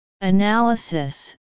Analysis